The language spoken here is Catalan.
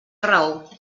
raó